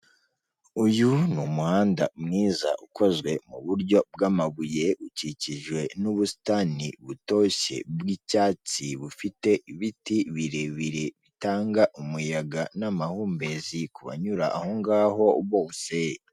Uyu ni umuhanda mwiza ukozwe mu buryo bw'amabuye ukikijwe n'ubusitani butoshye bw'icyatsi bufite ibiti birebire bitanga umuyaga n'amahumbezi kubanyura aho ngaho bose.